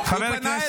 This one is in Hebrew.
הוא פנה אליי.